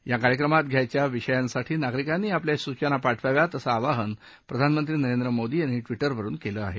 या कार्यक्रमात घ्यायच्या विषयांसाठी नागरिकांनी आपल्या सूचना पाठवाव्यात असं आवाहन प्रधानमंत्री नरेंद्र मोदी यांनी विजवरून केलं आहे